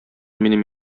минем